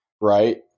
right